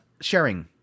sharing